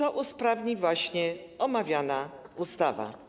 To usprawni właśnie omawiana ustawa.